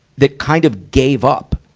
that kind of gave up,